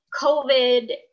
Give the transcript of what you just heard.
COVID